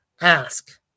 Ask